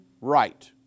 Right